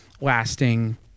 lasting